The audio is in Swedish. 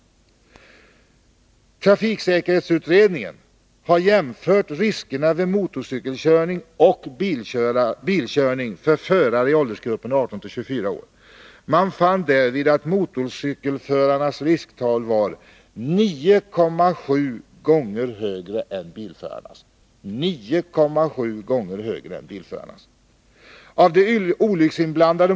Trafiksäkerhetsutredningen har jämfört riskerna vid motorcykelkörning och bilkörning för förare i åldersgruppen 18-24 år. Man fann därvid att motorcykelförarnas risktal var 9,7 gånger högre än bilförarnas.